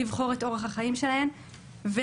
לבחור את אורח החיים שלהן ולכבד.